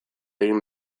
egin